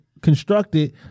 constructed